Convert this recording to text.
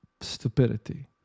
stupidity